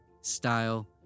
style